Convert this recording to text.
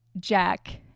Jack